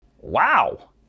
Wow